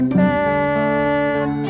man